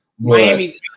Miami's